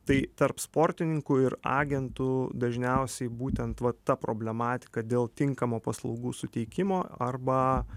tai tarp sportininkų ir agentų dažniausiai būtent vat ta problematika dėl tinkamo paslaugų suteikimo arba